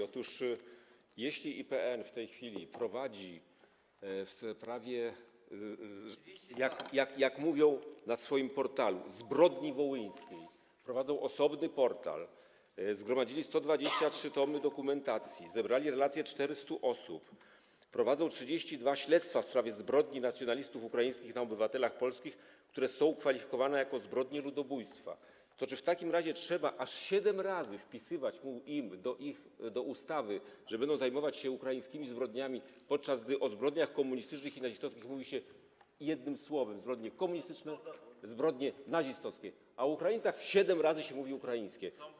Otóż jeśli IPN w tej chwili prowadzi w sprawie, jak mówią na swoim portalu: zbrodni wołyńskiej, osobny portal, zgromadzili 123 tomy dokumentacji, zebrali relacje 400 osób, prowadzą 32 śledztwa w sprawie zbrodni nacjonalistów ukraińskich na obywatelach polskich, które są kwalifikowane jako zbrodnie ludobójstwa, to czy w takim razie trzeba aż siedem razy wpisywać im do ich ustawy, że będą zajmować się ukraińskimi zbrodniami, podczas gdy o zbrodniach komunistycznych i nazistowskich mówi się jednym słowem: zbrodnie komunistyczne, zbrodnie nazistowskie, a o Ukraińcach siedem razy mówi się: ukraińskie?